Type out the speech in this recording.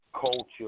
culture